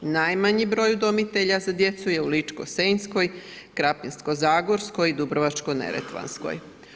Najmanji broj udomitelja za djecu je u Ličko-senjskoj, Krapinsko-zagorskoj, Dubrovačko-neretvanskoj.